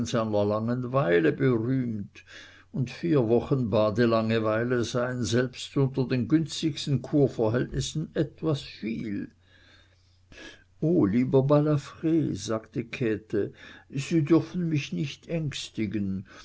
langenweile berühmt und vier wochen bade langeweile seien selbst unter den günstigsten kurverhältnissen etwas viel oh lieber balafr sagte käthe sie dürfen mich nicht ängstigen